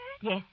Yes